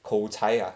口才 ah